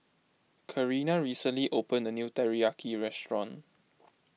Karina recently opened a new Teriyaki restaurant